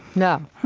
no,